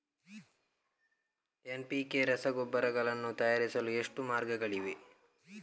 NPK ರಸಗೊಬ್ಬರಗಳನ್ನು ತಯಾರಿಸಲು ಎಷ್ಟು ಮಾರ್ಗಗಳಿವೆ?